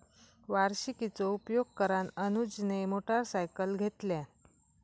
वार्षिकीचो उपयोग करान अनुजने मोटरसायकल घेतल्यान